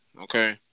okay